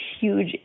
huge